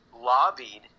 lobbied